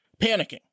panicking